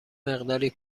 مقداری